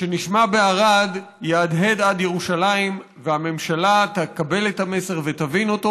שנשמע בערד יהדהד עד ירושלים והממשלה תקבל את המסר ותבין אותו.